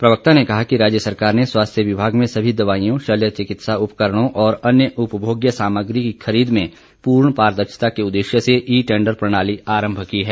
प्रवक्ता ने कहा कि राज्य सरकार ने स्वास्थ्य विभाग में सभी दवाइयों शल्य चिकित्सा उपकरणों और अन्य उपभोग्य सामग्री की खरीद में पूर्ण पारदर्शिता के उद्देश्य से ई टेंडर प्रणाली आरंभ की है